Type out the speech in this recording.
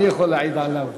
אבל אני יכול להעיד עליו,